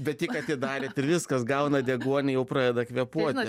bet tik atidarėt ir viskas gauna deguonį jau pradeda kvėpuoti